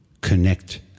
Connect